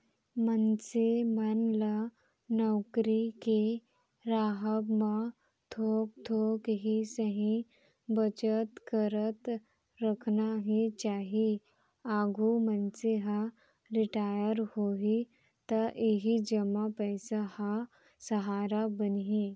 मनसे मन ल नउकरी के राहब म थोक थोक ही सही बचत करत रखना ही चाही, आघु मनसे ह रिटायर होही त इही जमा पइसा ह सहारा बनही